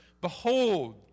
Behold